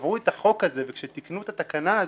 כשקבעו את החוק הזה וכשתיקנו את התקנה הזאת,